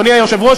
אדוני היושב-ראש,